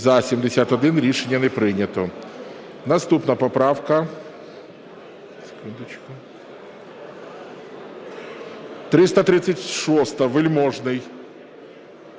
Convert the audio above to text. За-71 Рішення не прийнято. Наступна поправка 336, Вельможний.